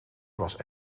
was